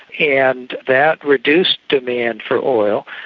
and that reduced demand for oil,